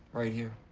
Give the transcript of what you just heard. right here.